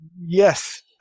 Yes